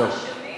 דבר שני,